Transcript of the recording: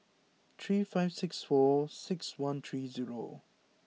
three five six four six one three zero